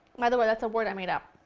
by the way, that's a word i made up.